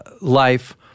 life